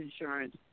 insurance